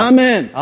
Amen